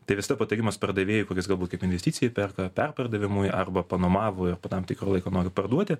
tai visada patarimas pardavėjui kuris galbūt kaip investiciją perka perpardavimui arba panuomavo ir po tam tikro laiko nori parduoti